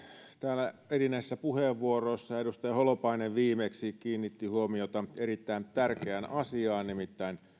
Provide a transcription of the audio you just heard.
täällä erinäisissä puheenvuoroissa edustaja holopainen viimeksi kiinnitettiin huomiota erittäin tärkeään asiaan nimittäin